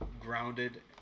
grounded